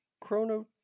Chrono